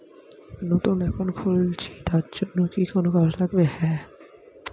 নতুন অ্যাকাউন্ট খুলছি তার জন্য কি কি কাগজ লাগবে?